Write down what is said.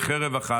עם חרב אחת,